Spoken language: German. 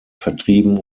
vertrieben